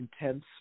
intense